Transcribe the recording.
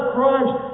Christ